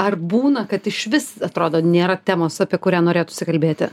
ar būna kad išvis atrodo nėra temos apie kurią norėtųsi kalbėti